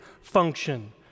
function